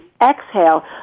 exhale